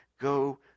go